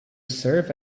serve